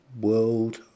world